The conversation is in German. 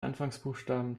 anfangsbuchstaben